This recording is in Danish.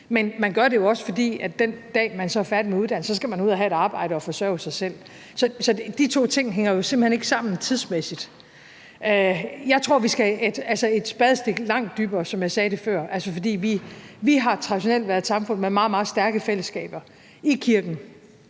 men man gør det jo også, fordi den dag, man så er færdig med uddannelsen, skal man ud at have et arbejde og forsørge sig selv. Så de to ting hænger jo simpelt hen ikke sammen tidsmæssigt. Jeg tror, vi skal et spadestik langt dybere, som jeg sagde det før. Vi har traditionelt været et samfund med meget, meget stærke fællesskaber – i kirken,